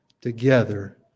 together